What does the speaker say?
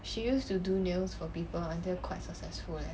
she used to do nails for people until quite successful leh